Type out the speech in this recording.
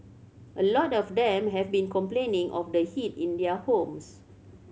a lot of them have been complaining of the heat in their homes